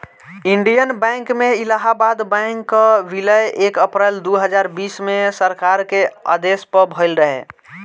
Indian Bank में Allahabad Bank कअ विलय एक अप्रैल दू हजार बीस में सरकार के आदेश पअ भयल रहे